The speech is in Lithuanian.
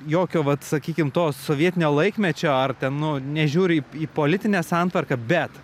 jokio vat sakykim to sovietinio laikmečio ar ten nu nežiūriu į politinę santvarką bet